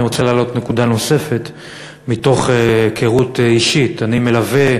אני רוצה להעלות נקודה נוספת מתוך הכרות אישית: אני מלווה,